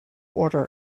order